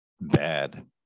bad